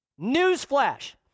newsflash